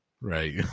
Right